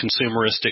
consumeristic